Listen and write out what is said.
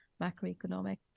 macroeconomic